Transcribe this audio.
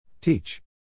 Teach